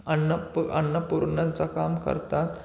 अन्नपु अन्नपूर्णांचं काम करतात